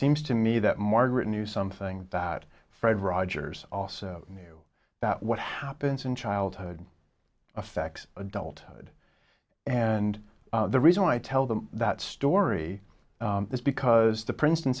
seems to me that margaret knew something that fred rogers also knew that what happens in childhood affects adulthood and the reason why i tell them that story is because the princeton